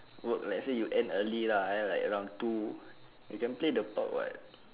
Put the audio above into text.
work let's say you end early lah ah lah like around two you can play the pub [what]